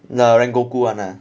the rengoku one ah